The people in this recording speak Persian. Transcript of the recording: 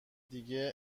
دیگه